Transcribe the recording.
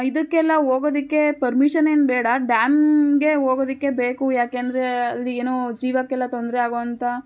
ಇದಕ್ಕೆಲ್ಲ ಹೋಗೋದಿಕ್ಕೆ ಪರ್ಮಿಷನ್ ಏನೂ ಬೇಡ ಡ್ಯಾಮ್ಗೆ ಹೋಗೋದಿಕ್ಕೆ ಬೇಕು ಯಾಕೆಂದರೆ ಅಲ್ಲಿ ಏನು ಜೀವಕ್ಕೆಲ್ಲ ತೊಂದರೆ ಆಗುವಂಥ